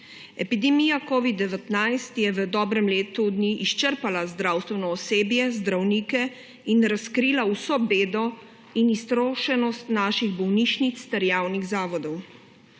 Epidemija covid-19 je v dobrem letu dni izčrpala zdravstveno osebje, zdravnike in razkrila vso bedo in iztrošenost naših bolnišnic ter javnih zavodov.